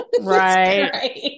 Right